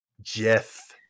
Jeff